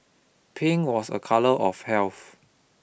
pink was a colour of health